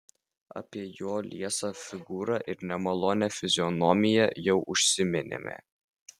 apie jo liesą figūrą ir nemalonią fizionomiją jau užsiminėme